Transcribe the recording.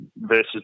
versus